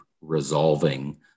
resolving